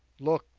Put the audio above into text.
look,